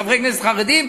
חברי כנסת חרדים,